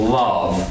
love